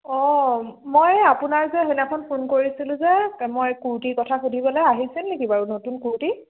অঁ মই আপোনাৰ যে সেইদিনাখন ফোন কৰিছিলোঁ যে মই কুৰ্টিৰ কথা সুধিবলৈ আহিছে নেকি বাৰু নতুন কুৰ্টি